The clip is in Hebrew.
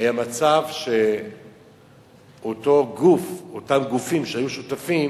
היה מצב שאותם גופים שהיו שותפים